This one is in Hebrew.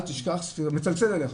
מצלצל לך,